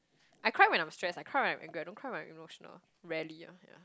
I cry when I'm stressed I cry when I'm angry I don't cry when I'm emotional rarely ah ya